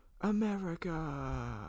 America